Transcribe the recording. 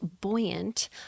buoyant